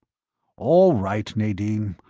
all right, nadine.